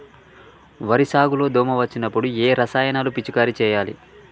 వరి సాగు లో దోమ వచ్చినప్పుడు ఏ రసాయనాలు పిచికారీ చేయాలి?